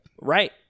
right